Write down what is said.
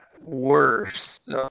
worse